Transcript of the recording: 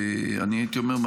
אני הייתי אומר,